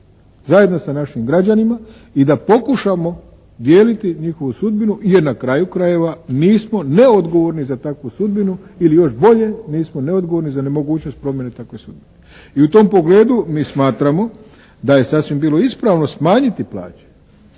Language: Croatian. zajedno sa našim građanima i da pokušamo dijeliti njihovu sudbinu, jer na kraju krajeva nismo neodgovorni za takvu sudbinu ili još bolje nismo neodgovorni za nemogućnost promjene takve sudbine. I u tom pogledu mi smatramo da je sasvim bilo ispravno smanjiti plaće,